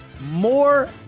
More